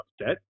upset